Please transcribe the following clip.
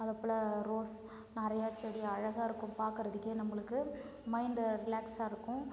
அதை போல் ரோஸ் நிறையா செடி அழகாக இருக்கும் பார்க்கறதுக்கே நம்மளுக்கு மைண்டு ரிலாக்ஸாக இருக்கும்